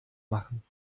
machen